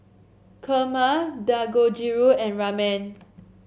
Kheema Dangojiru and Ramen